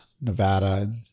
Nevada